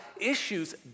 issues